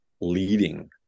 leading